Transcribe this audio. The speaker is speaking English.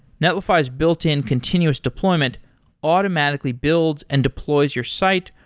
netlify's built-in continuous deployment automatically builds and deploys your site,